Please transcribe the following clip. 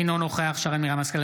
אינו נוכח שרן מרים השכל,